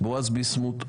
בועז ביסמוט,